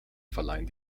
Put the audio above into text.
verleihen